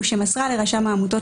ושמסרה לרשם העמותות,